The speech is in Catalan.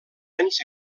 anys